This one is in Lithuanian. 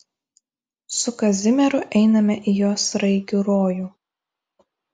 su kazimieru einame į jo sraigių rojų